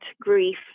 grief